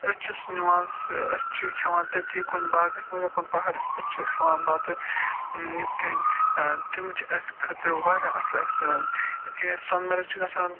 أسۍ چھِ سُہ نِوان سُہ أسۍ چھِ کھیٚوان تٔتی کُنہِ باغَس منٛز یا کُنہِ پہاڑَس پٮ۪ٹھ چھِ أسۍ کھیٚوان بَتہٕ یِتھٕ کٔنۍ تِم چھِ اَسہِ خٲطرٕ واریاہ اَصٕل ایکٕسپیٖرینَس یِتھٕ کٔنۍ أسۍ سۄنہٕ مرگ چھِ گژھان